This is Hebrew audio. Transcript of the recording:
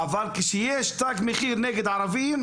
אבל כשיש תג מחיר נגד ערבים,